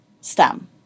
STEM